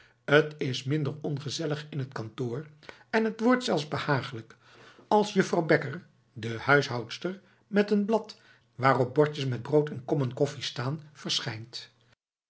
t is minder ongezellig in het kantoor en het wordt er zelfs behaaglijk als juffrouw bekker de huishoudster met een blad waarop bordjes met brood en kommen koffie staan verschijnt